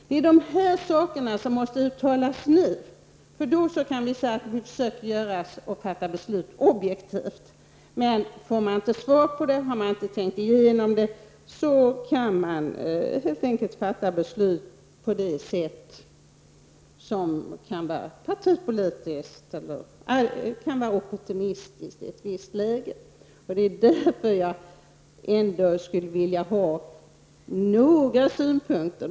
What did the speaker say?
Det är de sakerna som måste uttalas nu. Då kan vi fatta beslut objektivt. Får man inte svar på detta, om regeringen inte har tänkt igenom det, kan man i ett visst läge fatta beslut på ett partipolitiskt eller opportunistiskt sätt. Det är därför jag skulle vilja ha några synpunkter från finansministern.